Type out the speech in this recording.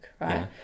right